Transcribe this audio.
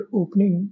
opening